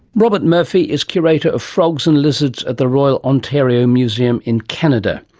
robert murphy is curator of frogs and lizards at the royal ontario museum in canada.